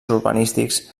urbanístics